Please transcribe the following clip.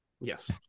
yes